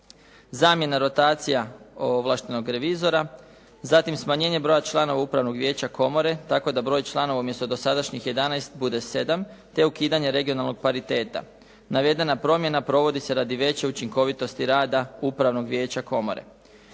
zamjena rotacija ovlaštenog revizora, zatim smanjenje broja članova upravnog vijeća komore, tako da broj članova umjesto dosadašnjih 11 bude 7, te ukidanje regionalnog pariteta. Navedena promjena provodi se radi veće učinkovitosti rada upravnog vijeća komore.